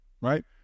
right